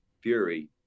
Fury